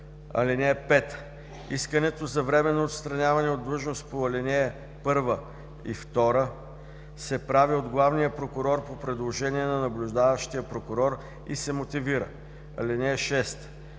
(5) Искането за временно отстраняване от длъжност по ал. 1 и 2 се прави от главния прокурор по предложение на наблюдаващия прокурор и се мотивира. (6)